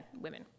women